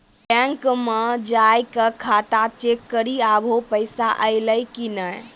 bank मे जाय के खाता चेक करी आभो पैसा अयलौं कि नै